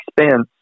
expense